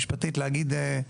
בבקשה.